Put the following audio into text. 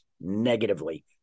negatively